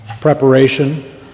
preparation